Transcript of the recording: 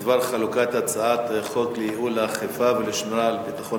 בדבר חלוקת הצעת חוק לייעול האכיפה ולשמירה על ביטחון